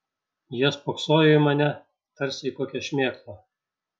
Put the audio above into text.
jie spoksojo į mane tarsi į kokią šmėklą